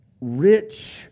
rich